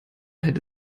hätte